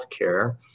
Healthcare